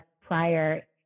prior